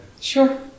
Sure